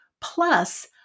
Plus